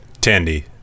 Tandy